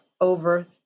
over